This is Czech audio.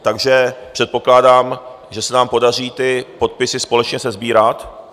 Takže předpokládám, že se nám podaří ty podpisy společně sesbírat.